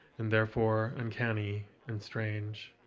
and therefore uncanny and strange.